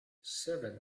seven